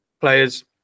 players